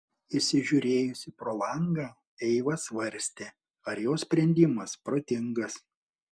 įsižiūrėjusi pro langą eiva svarstė ar jos sprendimas protingas